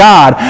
God